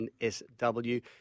NSW